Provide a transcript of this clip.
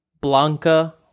Blanca